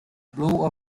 blow